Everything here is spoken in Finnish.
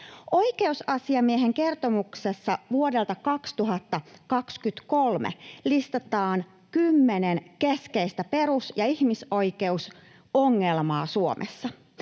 Oikeusasiamiehen kertomuksessa vuodelta 2023 listataan kymmenen keskeistä perus- ja ihmisoikeusongelmaa Suomessa.